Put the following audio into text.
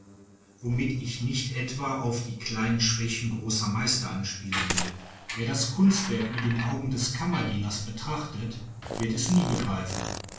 womit ich nicht etwa auf die kleinen schwächen großer meister anspielen will wer das kunstwerk mit den augen des kammerdieners betrachtet wird es nie begreifen